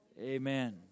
Amen